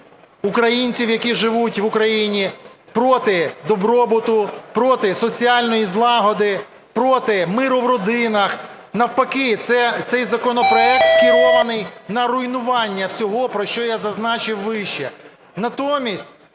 українців, які живуть в Україні, проти добробуту, проти соціальної злагоди, проти миру в родинах. Навпаки, цей законопроект скерований на руйнування всього, про що я зазначив вище.